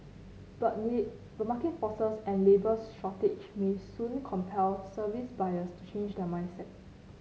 but but market forces and labour shortage may soon compel service buyers to change their mindset